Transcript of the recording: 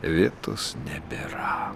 vietos nebėra